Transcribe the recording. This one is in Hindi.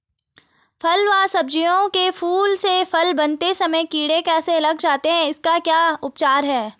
फ़ल व सब्जियों के फूल से फल बनते समय कीड़े कैसे लग जाते हैं इसका क्या उपचार है?